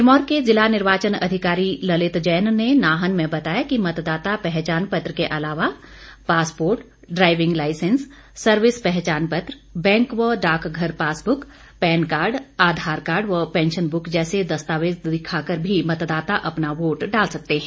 सिरमौर के जिला निर्वाचन अधिकारी ललित जैन ने नाहन में बताया कि मतदाता पहचान पत्र के अलावा पासपोर्ट ड्राइविंग लाइसेंस सर्विस पहचान पत्र बैंक व डाकघर पासबुक पैन कार्ड आधारकार्ड व पैंशन बुक जैसे दस्तावेज दिखाकर भी मतदाता अपना वोट डाल सकते हैं